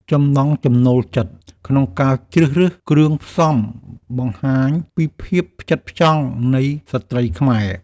ចំណង់ចំណូលចិត្តក្នុងការជ្រើសរើសគ្រឿងផ្សំបង្ហាញពីភាពផ្ចិតផ្ចង់នៃស្ត្រីខ្មែរ។